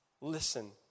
Listen